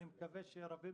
אני מניח שרובכם